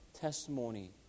testimony